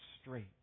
straight